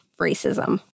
racism